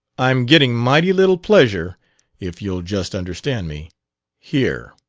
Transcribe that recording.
i'm getting mighty little pleasure if you'll just understand me here!